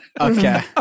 okay